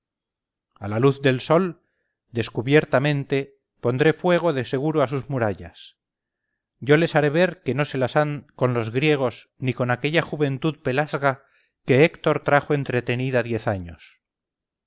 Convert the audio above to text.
a la luz del sol descubiertamente pondré fuego de seguro a sus murallas yo les haré ver que no se las han con griegos ni con aquella juventud pelasga que héctor trajo entretenida diez años